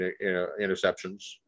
interceptions